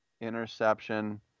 interception